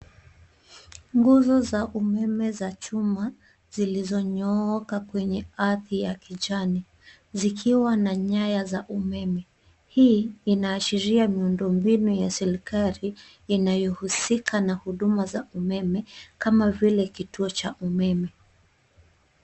Nguzo za umeme za chuma zilizonyooka kwenye ardhi ya kijani zikiwa na nyaya za umeme. Hii inaashiria miundombinu ya serikali inayohusika na huduma za umeme kama vile kituo cha umeme.